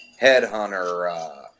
Headhunter